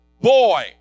boy